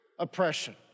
oppression